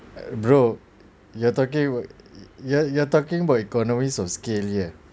bro you are talking you are you are talking about economies of scale here